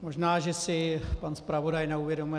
Možná že si pan zpravodaj neuvědomuje.